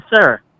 Sir